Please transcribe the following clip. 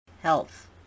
health